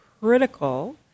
critical